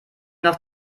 nach